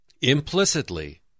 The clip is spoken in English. Implicitly